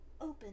Open